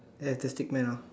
ya it's a stick man ah